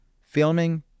filming